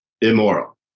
immoral